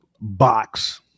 box